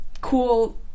cool